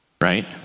right